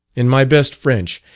in my best french,